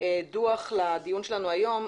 דוח לוועדה שלנו היום,